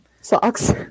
Socks